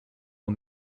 aux